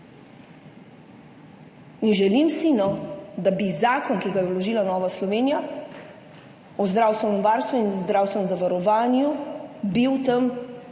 In želim si, da bi zakon, ki ga je vložila Nova Slovenija o zdravstvenem varstvu in zdravstvenem zavarovanju bil v